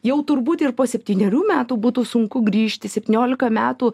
jau turbūt ir po septynerių metų būtų sunku grįžti septyniolika metų